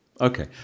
Okay